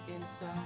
inside